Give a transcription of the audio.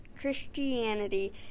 Christianity